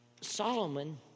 Solomon